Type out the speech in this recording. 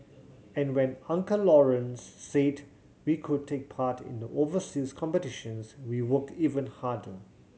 and when Uncle Lawrence said we could take part in the overseas competitions we worked even harder